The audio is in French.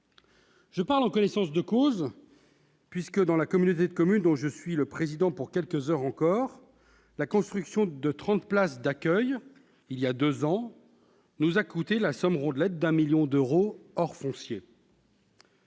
Je parle en connaissance de cause, puisque, dans la communauté de communes dont je suis le président pour quelques heures encore, la construction de trente places d'accueil, il y a deux ans, a coûté la somme rondelette d'un million d'euros, hors foncier.